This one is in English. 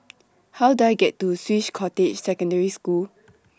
How Do I get to Swiss Cottage Secondary School